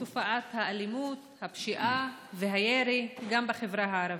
תופעות האלימות, הפשיעה והירי גם בחברה הערבית.